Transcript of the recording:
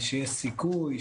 שיש סיכוי,